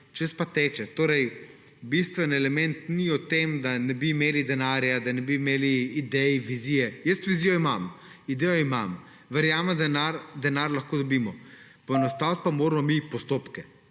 čas pa teče. Torej bistven element ni v tem, da ne bi imeli denarja, da ne bi imeli idej, vizije. Jaz vizijo imam. Idejo imam. Verjamem, da denar lahko dobimo, poenostaviti pa moramo postopke.